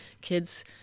kids –